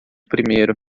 primeiro